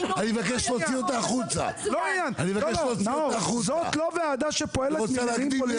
זאת לא ועדה שפועלת ממניעים פוליטיים,